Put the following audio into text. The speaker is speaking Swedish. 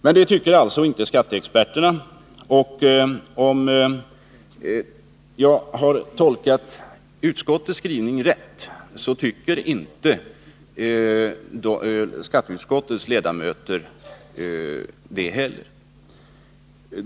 Men det tycker alltså inte skatteexperterna, och om jag har tolkat utskottets skrivning rätt tycker skatteutskottets ledamöter som riksskatteverket.